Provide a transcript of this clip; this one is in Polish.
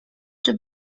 czy